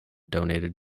donated